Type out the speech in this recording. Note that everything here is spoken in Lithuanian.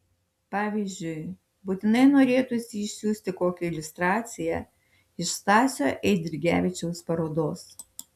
pavyzdžiui būtinai norėtųsi išsiųsti kokią iliustraciją iš stasio eidrigevičiaus parodos